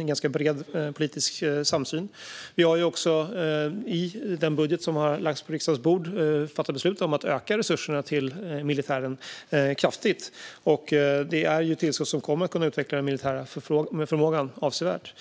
ganska bred politisk samsyn. Vi har också i den budget som lagts på riksdagens bord fattat beslut om att öka resurserna till försvaret kraftigt, och det är tillskott som kommer att öka den militära förmågan avsevärt.